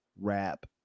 Rap